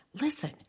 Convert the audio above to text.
Listen